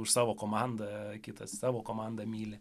už savo komandą kitas savo komandą myli